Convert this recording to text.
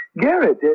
Garrett